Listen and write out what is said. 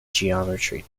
geometry